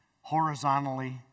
horizontally